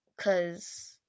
cause